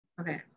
Okay